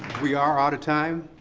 we are out of time,